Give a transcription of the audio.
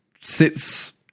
sits